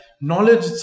knowledge